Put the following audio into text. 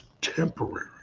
temporary